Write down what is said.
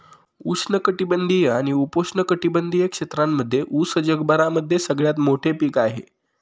उष्ण कटिबंधीय आणि उपोष्ण कटिबंधीय क्षेत्रांमध्ये उस जगभरामध्ये सगळ्यात मोठे पीक आहे